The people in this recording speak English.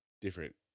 different